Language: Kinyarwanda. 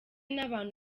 n’abantu